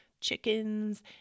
chickens